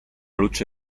luce